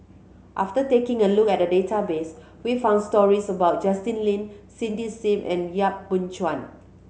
after taking a look at the database we found stories about Justin Lean Cindy Sim and Yap Boon Chuan